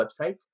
website